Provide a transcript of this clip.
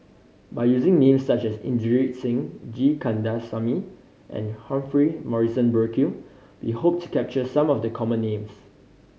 by using names such as Inderjit Singh G Kandasamy and Humphrey Morrison Burkill we hope to capture some of the common names